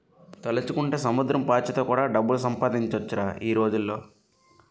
తలుచుకుంటే సముద్రం పాచితో కూడా డబ్బులు సంపాదించొచ్చురా ఈ రోజుల్లో